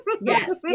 Yes